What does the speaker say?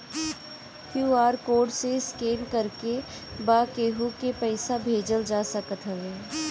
QR code के scan करके बा केहू के पईसा भेजल जा सकत हवे